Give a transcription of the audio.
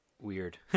weird